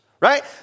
Right